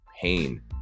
pain